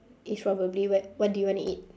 is probably what what do you wanna eat